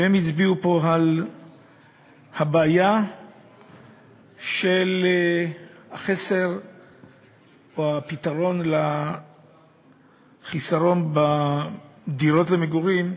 והם הצביעו פה על הבעיה של החסר בפתרון לחיסרון בדירות המגורים.